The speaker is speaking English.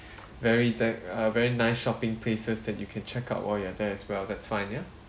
very dec~ uh very nice shopping places that you can check out while you are there as well that's fine ya